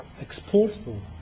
exportable